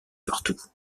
partout